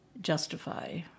justify